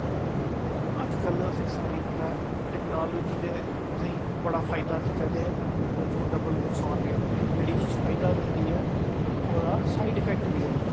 अज्ज कल असें ई सारे ई पता ऐ टेक्नोलाॅजी ने असें ई बड़ा फायदा दित्ता ते उस तू डबल नुक्सान बी आवा दे ते जेह्ड़ी चीज फायदा दिंदी ऐ ओह्दा साइड इफेक्ट बी ऐ जी